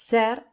Sir